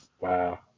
Wow